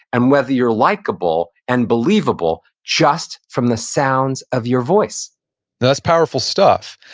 and whether you're likable and believable just from the sounds of your voice that's powerful stuff.